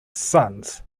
sons